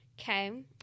Okay